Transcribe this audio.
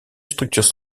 structure